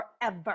forever